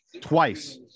twice